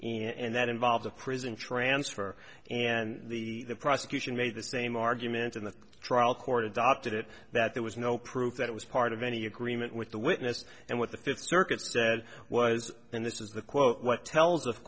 and that involves a prison transfer and the prosecution made the same argument in the trial court adopted it that there was no proof that it was part of any agreement with the witness and what the fifth circuit said was and this is the quote what tells of